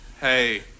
Hey